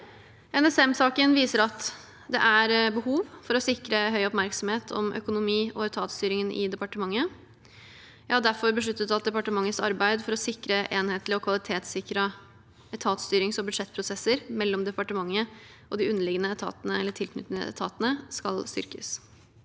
NSM-saken viser at det er behov for å sikre høy oppmerksomhet om økonomi- og etatsstyringen i departementet. Jeg har derfor besluttet at departementets arbeid for å sikre enhetlig og kvalitetssikrede etatsstyrings- og budsjettprosesser mellom departementet og de underliggende etatene, eller